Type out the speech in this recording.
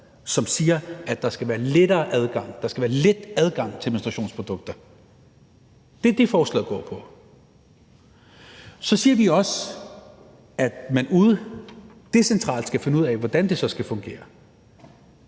som siger, at der skal være let adgang til menstruationsprodukter. Det er det, forslaget går på. Så siger vi også, at man ude decentralt skal finde ud af, hvordan det så skal fungere,